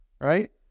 right